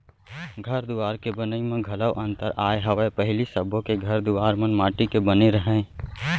घर दुवार के बनई म घलौ अंतर आय हवय पहिली सबो के घर दुवार मन माटी के बने रहय